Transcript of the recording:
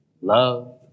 love